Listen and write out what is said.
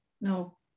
No